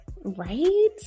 Right